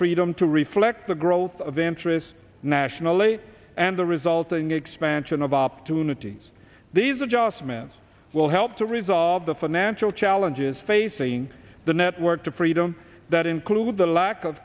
freedom to reflect the growth of interest nationally and the resulting expansion of opportunities these adjustments will help to resolve the financial challenges facing the network to freedom that include the lack of